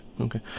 okay